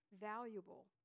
valuable